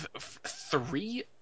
three